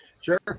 Sure